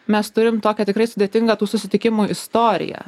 mes turim tokią tikrai sudėtingą tų susitikimų istoriją